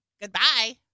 Goodbye